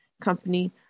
company